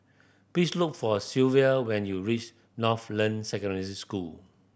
please look for Silvia when you reach Northland Secondary School